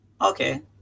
Okay